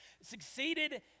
succeeded